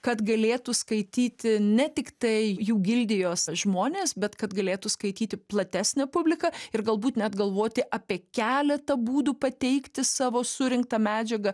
kad galėtų skaityti ne tiktai jų gildijos žmonės bet kad galėtų skaityti platesnė publika ir galbūt net galvoti apie keletą būdų pateikti savo surinktą medžiagą